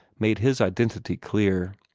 made his identity clear.